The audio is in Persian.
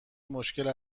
مشکل